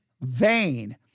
vain